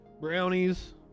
brownies